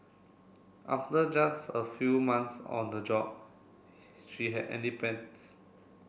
after just a few months on the job she had